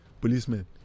policemen